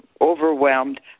overwhelmed